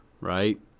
right